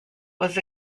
was